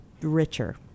richer